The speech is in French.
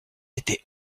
été